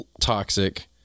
toxic